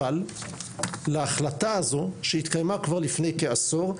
אבל להחלטה הזו שהתקיימה כבר לפני כעשור,